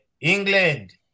England